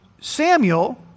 Samuel